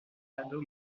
dado